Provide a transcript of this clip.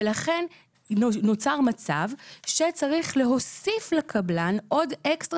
לכן נוצר מצב שצריך להוסיף לקבלן עוד אקסטרה